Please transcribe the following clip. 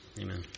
Amen